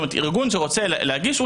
כלומר ארגון שרוצה להגיש,